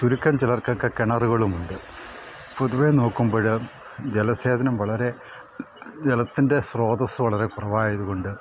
ചുരുക്കം ചിലർക്കൊക്കെ കിണറുകളുമുണ്ട് പൊതുവെ നോക്കുമ്പോഴ് ജലസേചനം വളരെ ജലത്തിൻ്റെ സ്രോതസ്സ് വളരെ കുറവായതുകൊണ്ട്